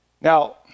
Now